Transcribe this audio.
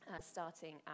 starting